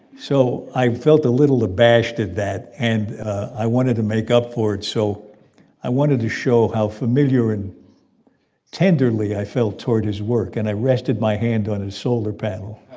so i felt a little abashed at that, and i wanted to make up for it. so i wanted to show how familiar and tenderly i felt toward his work. and i rested my hand on his solar panel.